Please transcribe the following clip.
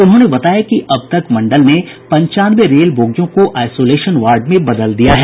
उन्होंने बताया कि अब तक मंडल ने पंचानवे रेल बोगियों को आइसोलेशन वार्ड में बदल दिया है